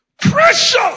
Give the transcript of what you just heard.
pressure